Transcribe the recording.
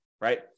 right